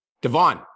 Devon